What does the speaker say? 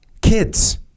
Kids